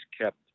kept